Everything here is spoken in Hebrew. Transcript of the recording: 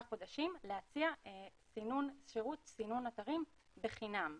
חודשים להציע שירות סינון אתרים בחינם.